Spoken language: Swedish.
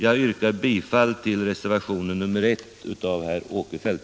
Jag yrkar bifall till reservationen 1 av herr Åkerfeldt.